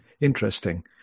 Interesting